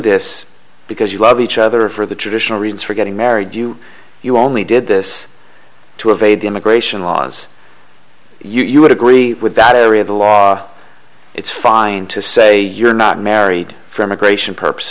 this because you love each other for the traditional reasons for getting married you you only did this to evade immigration laws you would agree with that area of the law it's fine to say you're not married for immigration p